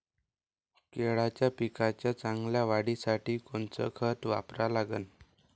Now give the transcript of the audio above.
केळाच्या पिकाच्या चांगल्या वाढीसाठी कोनचं खत वापरा लागन?